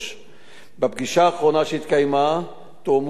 בפגישה האחרונה שהתקיימה תואמו נוהלי עבודה